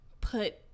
put